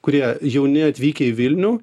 kurie jauni atvykę į vilnių